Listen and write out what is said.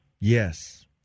Yes